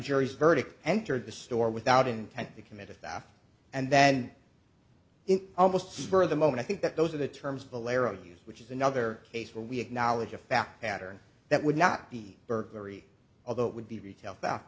jury's verdict entered the store without intent to commit a thousand and then in almost for the moment i think that those are the terms of alarums which is another case where we acknowledge a fact pattern that would not be burglary although it would be retail